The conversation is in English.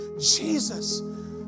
Jesus